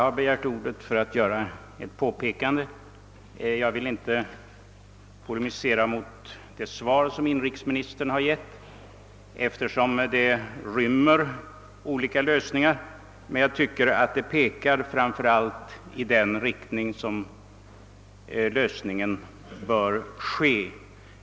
Herr talman! Jag vill inte polemisera mot det svar som inrikesministern har givit. Det rymmer olika lösningar, men jag tycker att det framför allt pekar i den riktning i vilken frågan bör lösas.